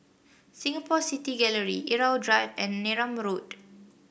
Singapore City Gallery Irau Drive and Neram Road